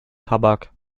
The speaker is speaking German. tabak